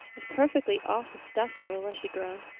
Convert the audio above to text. it's perfectly awful stuff, marilla, she groaned.